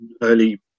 early